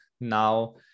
now